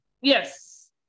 Yes